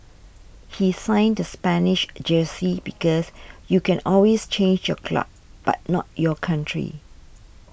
he signed the Spanish jersey because you can always change your club but not your country